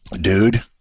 dude